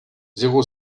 zéro